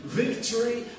victory